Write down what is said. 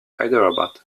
hyderabad